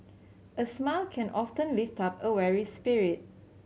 a smile can often lift up a weary spirit